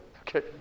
Okay